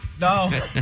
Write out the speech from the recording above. No